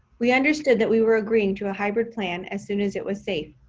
we understood that we were agreeing to a hybrid plan, as soon as it was safe.